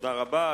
תודה רבה.